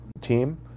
team